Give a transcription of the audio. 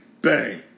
bang